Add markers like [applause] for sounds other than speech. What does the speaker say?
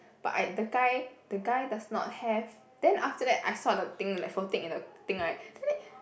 but I the guy the guy does not have then after that I saw the thing like floating in the thing right then [noise]